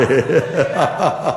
חס וחלילה.